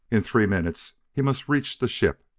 in three minutes he must reach the ship,